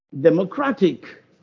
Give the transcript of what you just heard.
democratic